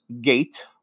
gate